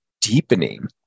deepening